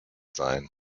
sein